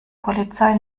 polizei